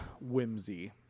whimsy